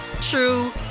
true